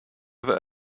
ever